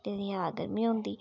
ते नेईं ज्यादा गर्मी होंदी